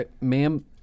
ma'am